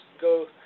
go